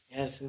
Yes